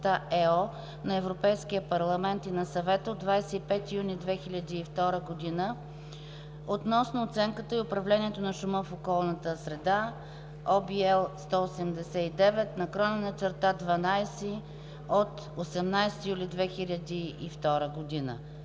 на Европейския парламент и на Съвета от 25 юни 2002 г. относно оценката и управлението на шума в околната среда (ОВ L 189/12 от 18 юли 2002